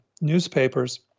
newspapers